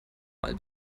mal